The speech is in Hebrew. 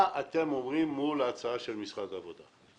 מה אתם אומרים מול ההצעה של משרד העבודה?